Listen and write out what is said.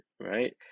right